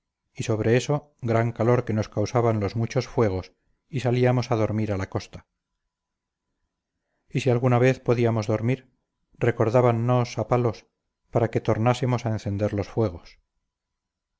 y sobre eso gran calor que nos causaban los muchos fuegos y salíamos a dormir a la costa y si alguna vez podíamos dormir recordábannos a palos para que tornásemos a encender los fuegos